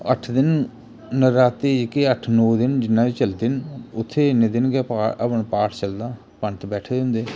अट्ठ दिन नराते जेह्के अट्ठ नौ दिन जिन्ना बी चलदे न उत्थै इन्नै दिन गै हवन पाठ चलदा पंत बैठे दे हुंदे